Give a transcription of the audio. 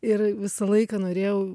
ir visą laiką norėjau